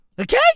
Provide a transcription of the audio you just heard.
Okay